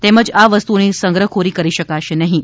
તેમજ આ વસ્તુઓની સંગ્રહખોરી કરી શકાશે નહિં